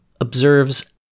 observes